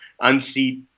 unseat